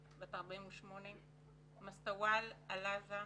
בת 48. מסבאל עלעזה,